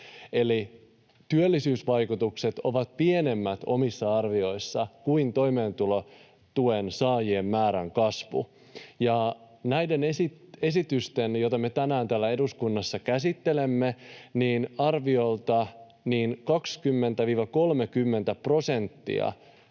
Eli työllisyysvaikutukset ovat pienemmät omissa arvioissa kuin toimeentulotuen saajien määrän kasvu, ja näiden lakien voimaan astumisesta, joita me tänään täällä eduskunnassa käsittelemme, arviolta 20—30 prosenttia